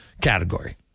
category